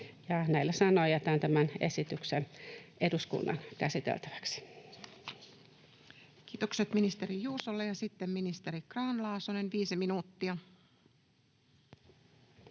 Näillä sanoin jätän tämän esityksen eduskunnan käsiteltäväksi. Kiitokset ministeri Juusolle, ja sitten ministeri Grahn-Laasonen, viisi minuuttia.